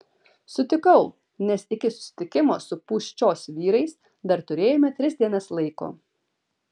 sutikau nes iki susitikimo su pūščios vyrais dar turėjome tris dienas laiko